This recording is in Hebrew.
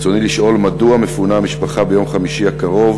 ברצוני לשאול: מדוע מפונה המשפחה ביום חמישי הקרוב,